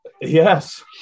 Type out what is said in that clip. Yes